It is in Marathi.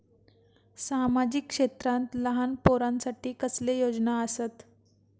सामाजिक क्षेत्रांत लहान पोरानसाठी कसले योजना आसत?